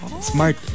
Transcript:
smart